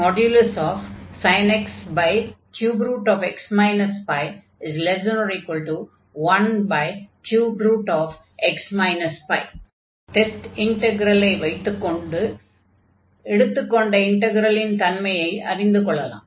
sin x 3x π13x π test இன்டக்ரலை வைத்து எடுத்துக் கொண்ட இன்டக்ரலின் தன்மையை அறிந்து கொள்ளலாம்